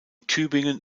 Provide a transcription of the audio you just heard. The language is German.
tübingen